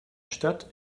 stadt